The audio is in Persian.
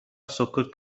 سکوت